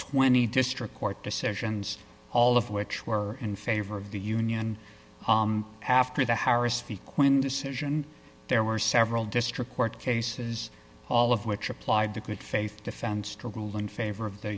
twenty district court decisions all of which were in favor of the union after the harris fi quinn decision there were several district court cases all of which applied to good faith defense to rule in favor of the